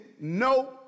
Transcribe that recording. no